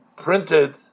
printed